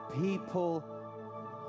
people